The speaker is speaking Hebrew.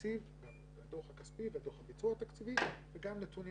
התקציב גם הדוח הכספי ודוח ביצוע התקציבי וגם נתונים